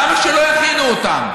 למה שלא יכינו אותן?